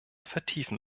vertiefen